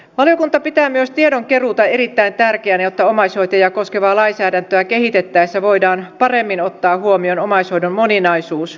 valiokunta pitää myös tiedonkeruuta erittäin tärkeänä jotta omaishoitajia koskevaa lainsäädäntöä kehitettäessä voidaan paremmin ottaa huomioon omaishoidon moninaisuus